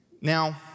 Now